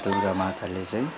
दुर्गामाताले चाहिँ